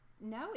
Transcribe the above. No